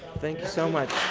thank you so much.